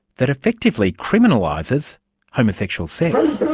that effectively criminalises homosexual sex.